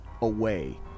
away